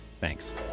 Thanks